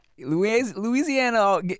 Louisiana